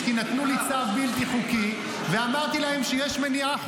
הכול תלוי אם היועמ"שית ובג"ץ ימשיכו להתנהל